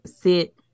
sit